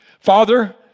Father